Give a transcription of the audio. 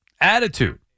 attitude